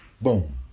boom